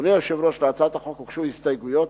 אדוני היושב-ראש, להצעת החוק הוגשו הסתייגויות.